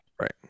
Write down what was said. right